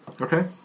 Okay